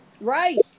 right